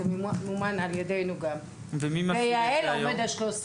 והיום זה ממומן על ידינו.